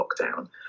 lockdown